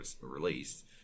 released